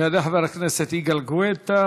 יעלה חבר הכנסת יגאל גואטה,